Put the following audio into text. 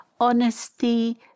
honesty